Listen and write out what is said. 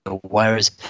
whereas